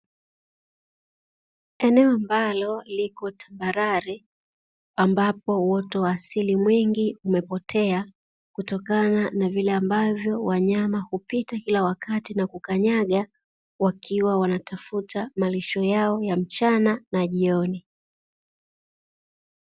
Eneo ambalo tambarare ambapo uoto wa asili mwingi umepotea, kutokana na vile ambavyo wanyama hupita kila wakati na kukanyaga wakiwa wanatafuta malisho yao ya mchana na jioni.